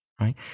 right